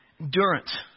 Endurance